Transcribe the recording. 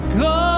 go